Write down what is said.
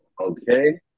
okay